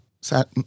sat